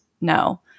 no